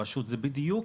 זה בדיוק